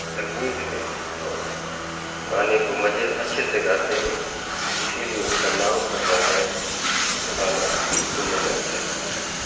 تکنیک ہے اور گانے کو مزے اچھے سے گاتے ہیں اسی لیے ان کا نام ہوتا ہے اور گانا سننے میں اچھا لگتا ہے